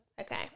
okay